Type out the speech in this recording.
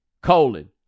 colon